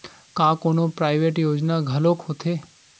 का कोनो प्राइवेट योजना घलोक होथे?